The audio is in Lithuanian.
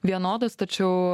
vienodos tačiau